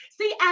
See